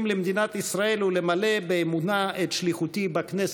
למדינת ישראל ולמלא באמונה את שליחותי בכנסת".